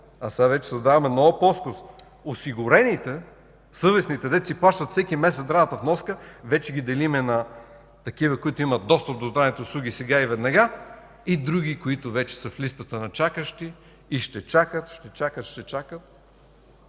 Сега създаваме нова плоскост – осигурените, съвестните, които си плащат всеки месец здравната вноска, ги делим на такива, които имат достъп до здравните услуги сега и веднага, и други, които вече са в Листата на чакащи и ще чакат, ще чакат, ще чакат.